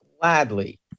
Gladly